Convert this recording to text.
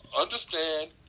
understand